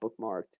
bookmarked